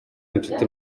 inshuti